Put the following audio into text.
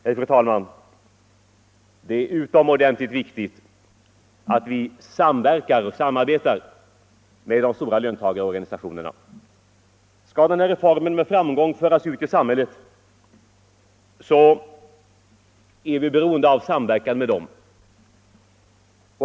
Nej, fru talman, det är utomordentligt viktigt att vi samverkar med de stora löntagarorganisationerna. Skall den här reformen med framgång föras ut i samhället är vi beroende av samverkan med dem.